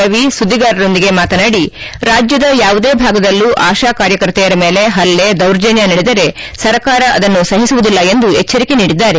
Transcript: ರವಿ ಸುದ್ದಿಗಾರರೊಂದಿಗೆ ಮಾತನಾಡಿ ರಾಜ್ಯದ ಯಾವುದೇ ಭಾಗದಲ್ಲೂ ಆಶಾ ಕಾರ್ಯಕರ್ತೆಯರ ಮೇಲೆ ಪಲ್ಲೆ ದೌರ್ಜನ್ಯ ನಡೆದರೆ ಸರ್ಕಾರ ಅದನ್ನು ಸಹಿಸುವುದಿಲ್ಲ ಎಂದು ಎಚ್ಚರಿಕೆ ನೀಡಿದ್ದಾರೆ